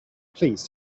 please